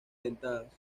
dentadas